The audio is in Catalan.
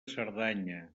cerdanya